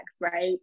right